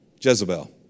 Jezebel